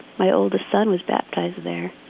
my oldest son was baptized there.